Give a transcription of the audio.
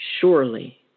surely